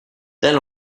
then